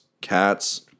cats